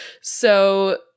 So-